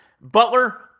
butler